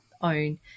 own